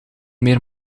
meer